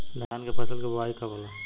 धान के फ़सल के बोआई कब होला?